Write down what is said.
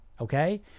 Okay